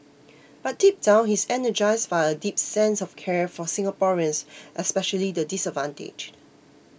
but deep down he is energised by a deep sense of care for Singaporeans especially the disadvantaged